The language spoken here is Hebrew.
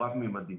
הוא רב-מימדי.